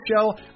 show